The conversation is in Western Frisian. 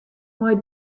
mei